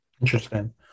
Interesting